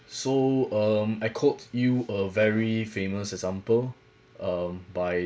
so um I quote you a very famous example um by